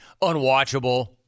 unwatchable